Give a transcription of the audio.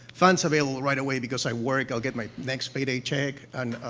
funds available right away because i work, i'll get my next payday check, and,